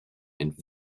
and